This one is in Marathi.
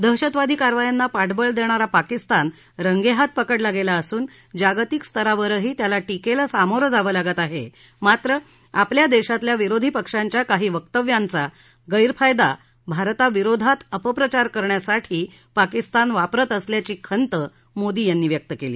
दहशतवादी कारवायांना पाठबळ देणारा पाकिस्तान रंगेहाथ पकडला गेला असून जागतिक स्तरावरही त्याला टीकेला सामोरं जावं लागत आहे मात्र आपल्या देशातल्या विरोधी पक्षांच्या काही वक्तव्यांचा गैरफायदा भारताविरोधात अपप्रचार करण्यासाठी पाकिस्तान वापरत असल्याची खंत मोदी यांनी व्यक्त केली